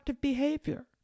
behavior